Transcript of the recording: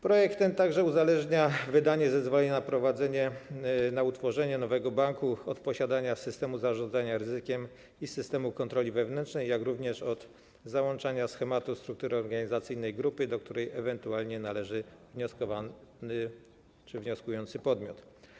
Projekt ten uzależnia także wydanie zezwolenia na utworzenie nowego banku od posiadania systemu zarządzania ryzykiem i systemu kontroli wewnętrznej, jak również od załączenia schematu struktury organizacyjnej grupy, do której ewentualnie należy wnioskujący podmiot.